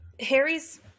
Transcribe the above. Harry's